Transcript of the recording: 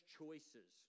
choices